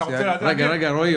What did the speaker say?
אתה רוצה להגיד לי -- רגע רועי,